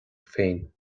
féin